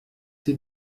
sie